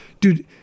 dude